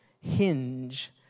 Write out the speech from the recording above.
hinge